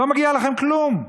לא מגיע לכם כלום.